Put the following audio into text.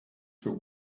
für